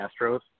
Astros